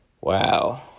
wow